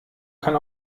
kann